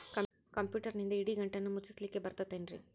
ಕಂಪ್ಯೂಟರ್ನಿಂದ್ ಇಡಿಗಂಟನ್ನ ಮುಚ್ಚಸ್ಲಿಕ್ಕೆ ಬರತೈತೇನ್ರೇ?